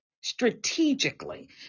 strategically